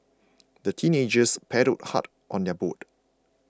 the teenagers paddled hard on their boat